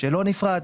שלא נפרד,